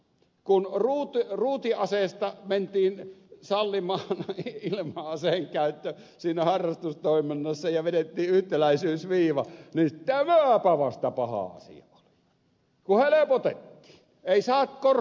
kun ruutiaseesta mentiin sallimaan ilma aseen käyttö siinä harrastustoiminnassa ja vedettiin yhtäläisyysviiva niin tämäpä vasta paha asia on kun helpotettiin